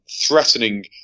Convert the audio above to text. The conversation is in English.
threatening